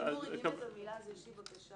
אם מורידים את המילה אז יש לי בקשה.